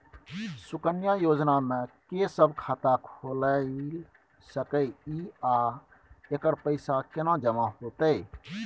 सुकन्या योजना म के सब खाता खोइल सके इ आ एकर पैसा केना जमा होतै?